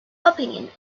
opinion